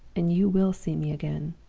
and you will see me again.